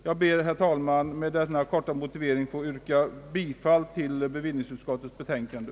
Jag ber, herr talman, att med denna korta motivering få yrka bifall till bevillningsutskottets betänkande.